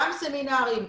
גם סמינרים,